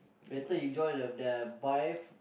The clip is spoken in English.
better you join the the buy~